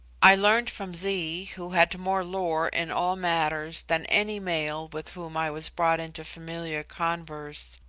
i learned from zee, who had more lore in all matters than any male with whom i was brought into familiar converse,